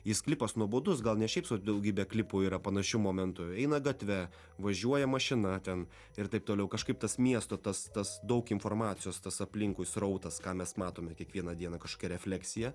jis klipas nuobodus gal ne šiaip sau daugybė klipų yra panašių momentų eina gatve važiuoja mašina ten ir taip toliau kažkaip tas miesto tas tas daug informacijos tas aplinkui srautas ką mes matome kiekvieną dieną kažkokia refleksija